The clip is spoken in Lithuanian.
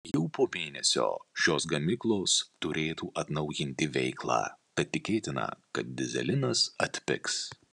jau po mėnesio šios gamyklos turėtų atnaujinti veiklą tad tikėtina kad dyzelinas atpigs